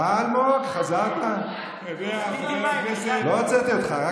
אתה יודע, חבר הכנסת, אלמוג, חזרת?